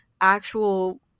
actual